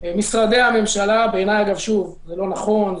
משרדי הממשלה ובעיניי זה לא נכון,